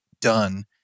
done